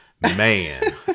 Man